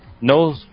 No